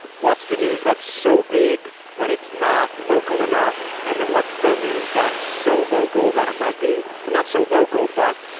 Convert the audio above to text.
what's the news that's so big that it's not local enough? and then what's the news that's so local that it might be but not so local, but.